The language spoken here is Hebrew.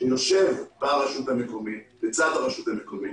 שיושב לצד הרשות המקומית,